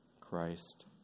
Christ